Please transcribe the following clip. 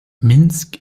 minsk